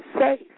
safe